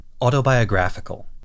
autobiographical